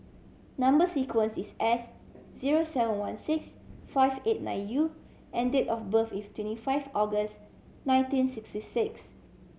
number sequence is S zero seven one six five eight nine U and date of birth is twenty five August nineteen sixty six